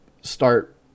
start